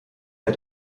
der